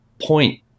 point